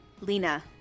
lena